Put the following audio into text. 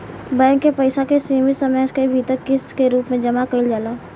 bank के पइसा के सीमित समय के भीतर किस्त के रूप में जामा कईल जाला